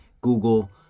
Google